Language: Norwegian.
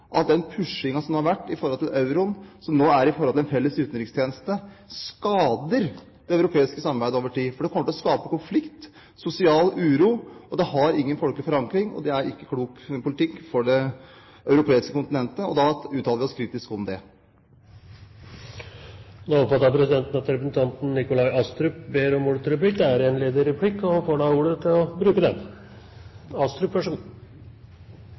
at den pushingen som man har hatt for euroen, og nå også for en felles utenrikstjeneste, skader det europeiske samarbeidet over tid, for det kommer til å skape konflikt og sosial uro. Det har ingen folkelig forankring, og det er ikke klok politikk for det europeiske kontinentet. Og da uttaler vi oss kritisk om det. Representanten Slagsvold Vedum er veldig opptatt av valuta i dag. Det er jo bra. Det finnes mange typer valutaunioner i verden – USA er en